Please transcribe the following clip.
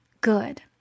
good